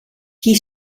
qui